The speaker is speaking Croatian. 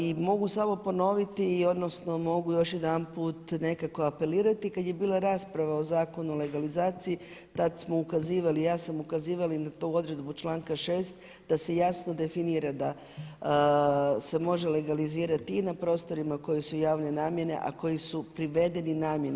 I mogu samo ponoviti i odnosno mogu još jedanput apelirati, kada je bila rasprava o Zakonu o legalizaciji, tada smo ukazivali, ja sam ukazivala i na tu odredbu članka 6. da se jasno definira da se može legalizirati i na prostorima koji su od javne namjene a koji su privedeni namjeni.